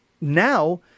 now